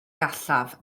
gallaf